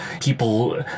people